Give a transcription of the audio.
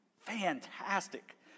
fantastic